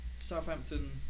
Southampton